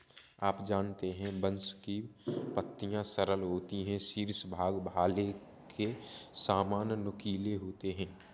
आप जानते है बांस की पत्तियां सरल होती है शीर्ष भाग भाले के सामान नुकीले होते है